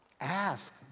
Ask